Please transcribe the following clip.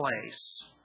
place